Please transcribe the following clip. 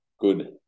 good